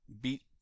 beat